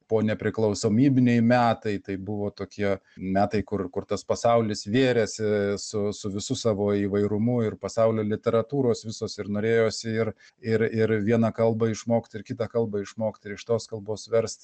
po nepriklausomybiniai metai tai buvo tokie metai kur kur tas pasaulis vėrėsi su su visu savo įvairumu ir pasaulio literatūros visos ir norėjosi ir ir ir vieną kalbą išmokt ir kitą kalbą išmokt ir iš tos kalbos verst